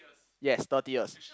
yes thirty years